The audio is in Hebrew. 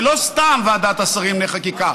זה לא סתם ועדת השרים לענייני חקיקה,